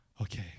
Okay